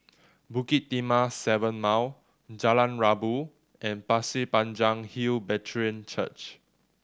Bukit Timah Seven Mile Jalan Rabu and Pasir Panjang Hill Brethren Church